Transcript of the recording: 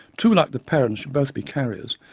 two like the parents should both be carriers,